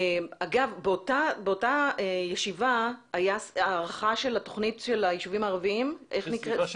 באותה ישיבה הייתה הארכה של היישובים הערביים איך היא נקראת?